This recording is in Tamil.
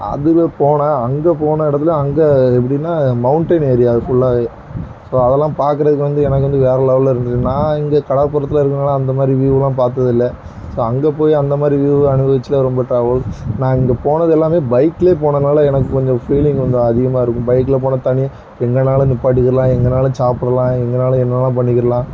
அதில் போனேன் அங்கே போன இடத்துல அங்கே எப்படின்னா மவுண்டென் ஏரியா அது ஃபுல்லாகவே ஸோ அதெல்லாம் பார்க்குறதுக்கு வந்து எனக்கு வந்து வேற லெவல்லருந்தது நான் இந்த கடல்புறத்தில் இருக்கிறதுனால அந்தமாதிரி வியூவ்லாம் பார்த்ததுல்ல ஸோ அங்கே போய் அந்தமாதிரி வியூவ் அனுபவித்து ரொம்ப நான் இங்கே போனதெல்லாமே பைக்லயே போனதால எனக்கு கொஞ்சம் ஃபீலிங் கொஞ்சம் அதிகமாயிருக்கும் பைக்ல போனால் தனியாக எங்கேனாலும் நிப்பாட்டிக்கலாம் எங்கேனாலும் சாப்புடலாம் எங்கேனாலும் என்னவேணா பண்ணிக்கிடலாம்